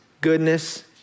goodness